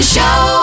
Show